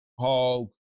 hog